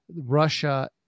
Russia